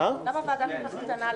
למה ועדה כל כך קטנה?